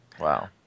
Wow